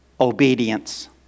obedience